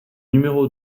numéro